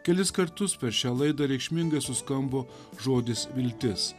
kelis kartus per šią laidą reikšmingai suskambo žodis viltis